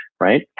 right